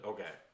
Okay